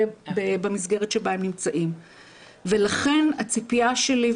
במסגרת בה הם נמצאים ולכן הציפיה שלי,